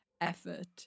effort